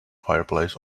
fireplace